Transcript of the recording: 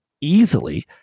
easily